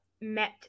met